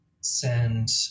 send